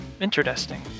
Interesting